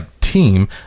team